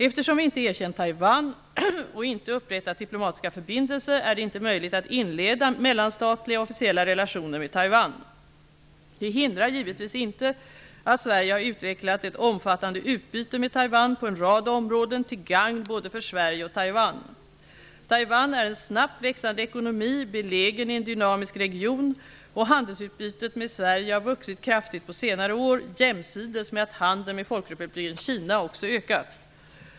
Eftersom vi inte erkänt Taiwan och inte upprättat diplomatiska förbindelser är det inte möjligt att inleda mellanstatliga och officiella relationer med Det hindrar givetvis inte att Sverige har utvecklat ett omfattande utbyte med Taiwan på en rad områden, till gagn både för Sverige och för Taiwan. Taiwan är en snabbt växande ekonomi belägen i en dynamisk region, och handelsutbytet med Sverige har vuxit kraftigt på senare år, jämsides med att handeln med Folkrepubliken Kina också ökat.